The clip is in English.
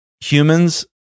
humans